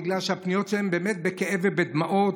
בגלל שהפניות שלהן באמת בכאב ובדמעות.